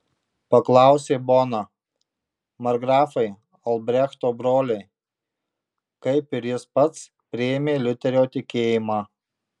paklausė bona markgrafai albrechto broliai kaip ir jis pats priėmė liuterio tikėjimą